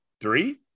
three